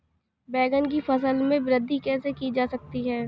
बैंगन की फसल में वृद्धि कैसे की जाती है?